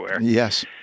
Yes